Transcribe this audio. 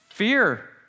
Fear